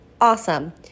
Awesome